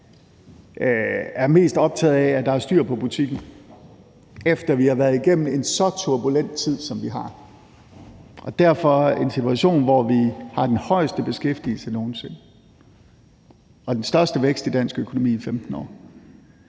er mest optaget af, at der er styr på butikken, efter vi har været igennem en så turbulent tid, som vi har. I en situation, hvor vi har den højeste beskæftigelse nogen sinde og den største vækst i dansk økonomi i 15 år,